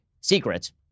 secrets